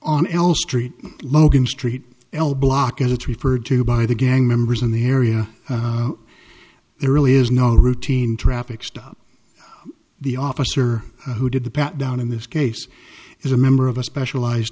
on l street logan street l block as it's referred to by the gang members in the area there really is no routine traffic stop the officer who did the pat down in this case is a member of a specialized